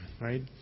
right